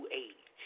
age